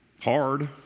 Hard